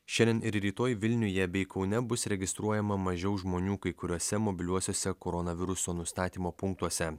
šiandien ir rytoj vilniuje bei kaune bus registruojama mažiau žmonių kai kuriuose mobiliuosiuose koronaviruso nustatymo punktuose